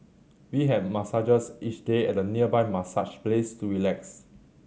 we have massages each day at a nearby massage place to relax